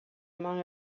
among